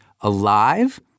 alive